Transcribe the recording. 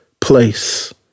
place